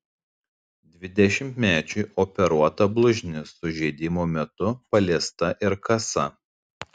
dvidešimtmečiui operuota blužnis sužeidimo metu paliesta ir kasa